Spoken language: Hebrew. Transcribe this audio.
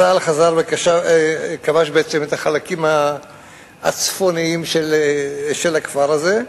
צה"ל חזר וכבש את החלקים הצפוניים של הכפר הזה,